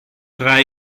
tra